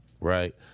right